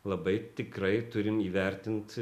labai tikrai turim įvertint